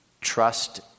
Trust